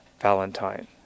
Valentine